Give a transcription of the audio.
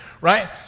right